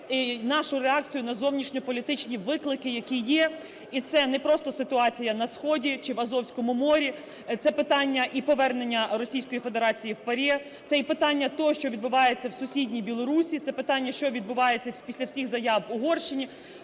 нашу реакцію на зовнішньополітичні виклики, які є. І це не просто ситуація на Сході чи в Азовському морі, це питання і повернення Російської Федерації в ПАРЄ, це і питання того, що відбувається в сусідній Білорусії, це питання, що відбувається після всіх заяв в Угорщині.